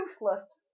ruthless